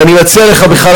ואני מציע לך בכלל,